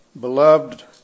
beloved